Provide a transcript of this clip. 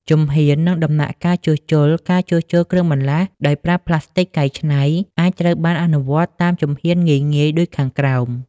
ជំហាន និងដំណាក់កាលជួសជុលការជួសជុលគ្រឿងបន្លាស់ដោយប្រើផ្លាស្ទិកកែច្នៃអាចត្រូវបានអនុវត្តតាមជំហានងាយៗដូចខាងក្រោម